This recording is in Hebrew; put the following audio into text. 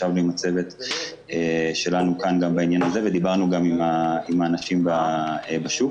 ישבנו עם הצוות שלנו בעניין הזה ודיברנו גם עם האנשים בשוק.